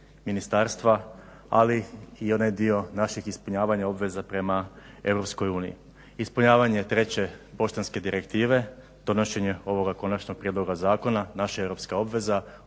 ministarstva ali i onaj dio naših ispunjavanja obveza prema EU. Ispunjavanje 3. Poštanske direktive, donošenja ovog konačnog prijedloga zakona naša je europska obveza,